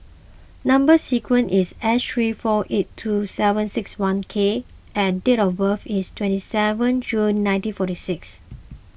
Number Sequence is S three four eight two seven six one K and date of birth is twenty seventh June nineteen forty six